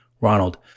ronald